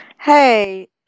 Hey